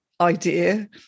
idea